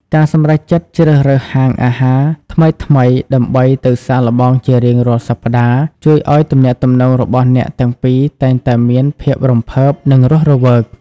ការសម្រេចចិត្តជ្រើសរើសហាងអាហារថ្មីៗដើម្បីទៅសាកល្បងជារៀងរាល់សប្ដាហ៍ ជួយឱ្យទំនាក់ទំនងរបស់អ្នកទាំងពីរតែងតែមានភាពរំភើប និងរស់រវើក។